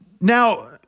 Now